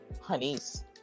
honeys